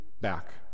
back